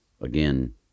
again